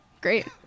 Great